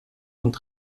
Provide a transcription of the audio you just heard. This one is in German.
und